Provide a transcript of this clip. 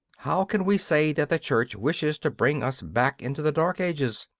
how can we say that the church wishes to bring us back into the dark ages?